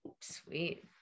Sweet